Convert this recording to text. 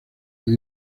una